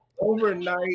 overnight